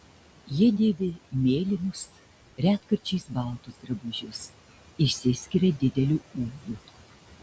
jie dėvi mėlynus retkarčiais baltus drabužius išsiskiria dideliu ūgiu